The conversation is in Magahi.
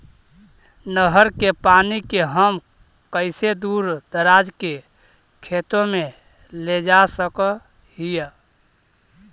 नहर के पानी के हम कैसे दुर दराज के खेतों में ले जा सक हिय?